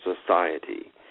Society